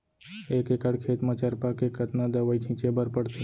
एक एकड़ खेत म चरपा के कतना दवई छिंचे बर पड़थे?